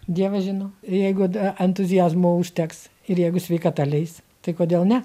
dievas žino jeigu da entuziazmo užteks ir jeigu sveikata leis tai kodėl ne